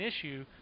issue